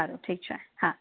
સારું ઠીક છે હા